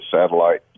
satellite